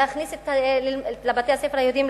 זה להכניס לבתי-הספר היהודיים,